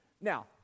Now